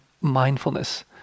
mindfulness